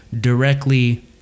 directly